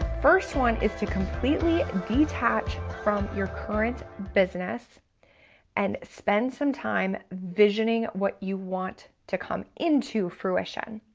first one is to completely detach from your current business and spend some time visioning what you want to come into fruition.